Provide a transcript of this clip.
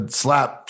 slap